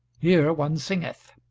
here one singeth